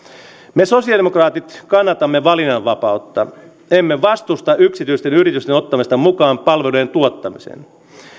me sosiaalidemokraatit kannatamme valinnanvapautta emme vastusta yksityisten yritysten ottamista mukaan palveluiden tuottamiseen